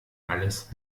alles